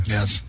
Yes